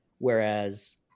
Whereas